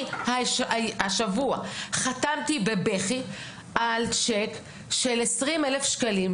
השבוע חתמתי בבכי על שיק של 20,000 שקלים,